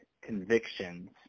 convictions